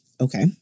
Okay